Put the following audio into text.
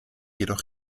jedoch